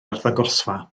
arddangosfa